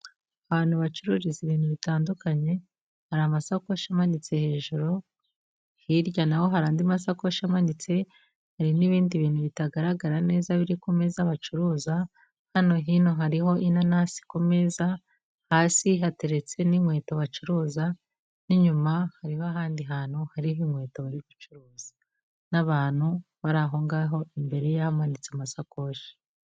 Ahantu bacururiza ibintu bitandukanye, hari amasakoshi amanitse hejuru, hirya na ho hari andi masakoshi amanitse, hari n'ibindi bintu bitagaragara neza biri ku meza bacuruza, hano hino hariho inanasi ku meza, hasi hateretse n'inkweto bacuruza, n'inyuma hariho ahandi hantu hariho inkweto bari gucuruza n'abantu bari aho ngaho imbere ye hamanitse amasakoshi.